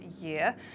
year